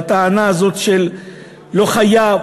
בטענה הזאת של "לא חייב",